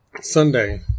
Sunday